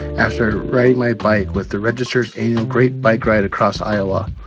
after riding my bike with the registered annual great bike ride across iowa.